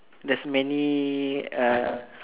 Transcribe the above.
there's many err